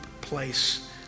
place